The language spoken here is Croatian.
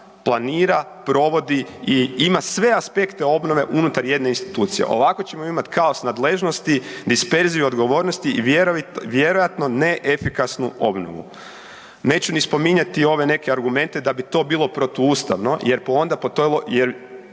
planira, provodi i ima sve aspekte obnove unutar jedne institucije. Ovako ćemo imati kaos nadležnosti, disperziju odgovornosti i vjerojatno neefikasnu obnovu. Neću ni spominjati ove neke argumente da bi to bilo protuustavno jer onda po toj,